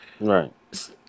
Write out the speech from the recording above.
right